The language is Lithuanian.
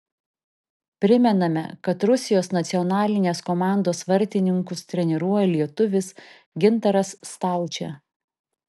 primename kad rusijos nacionalinės komandos vartininkus treniruoja lietuvis gintaras staučė